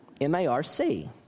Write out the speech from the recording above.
M-A-R-C